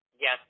Yes